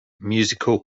musical